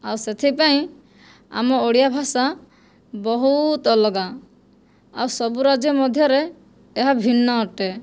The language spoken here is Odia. ଆଉ ସେଥିପାଇଁ ଆମ ଓଡ଼ିଆ ଭାଷା ବହୁତ ଅଲଗା ଆଉ ସବୁ ରାଜ୍ୟ ମଧ୍ୟରେ ଏହା ଭିନ୍ନ ଅଟେ